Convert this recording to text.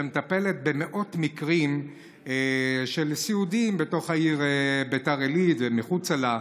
שמטפלת במאות מקרים של סיעודיים בתוך העיר ביתר עילית ומחוצה לה.